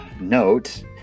note